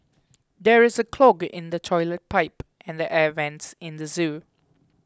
there is a clog in the toilet pipe and the air vents in the zoo